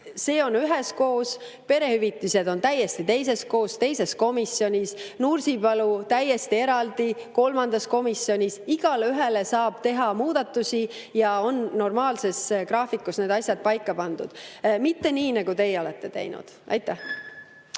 see on üheskoos. Perehüvitised on täiesti teises komisjonis, Nursipalu on täiesti eraldi kolmandas komisjonis. Igale ühele saab teha muudatusi ja on normaalses graafikus need asjad paika pandud. Mitte nii, nagu teie olete teinud. Aitäh!